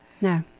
no